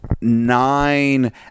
nine